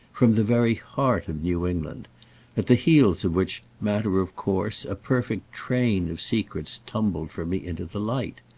from the very heart of new england at the heels of which matter of course a perfect train of secrets tumbled for me into the light.